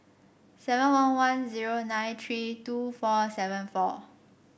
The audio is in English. seven one one zero nine three two four seven four